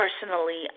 personally